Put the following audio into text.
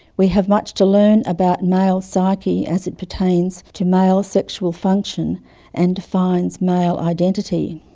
we have much to learn about male psyche, as it pertains to male sexual function and defines male identity.